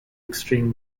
extreme